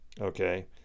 Okay